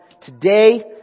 today